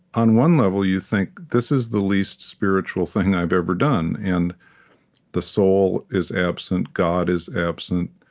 on one level, you think, this is the least spiritual thing i've ever done. and the soul is absent, god is absent,